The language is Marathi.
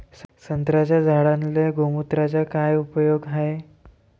संत्र्याच्या झाडांले गोमूत्राचा काय उपयोग हाये?